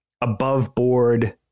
above-board